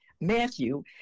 Matthew